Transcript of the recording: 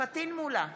פטין מולא,